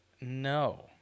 No